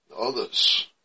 Others